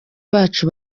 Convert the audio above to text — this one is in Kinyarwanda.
bacu